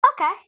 okay